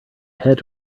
head